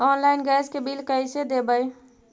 Online gas के bill कैसे देबै?